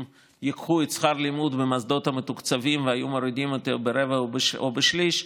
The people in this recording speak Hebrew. אם ייקחו את שכר הלימוד במוסדות המתוקצבים ויורידו אותו ברבע או בשליש,